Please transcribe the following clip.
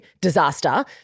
disaster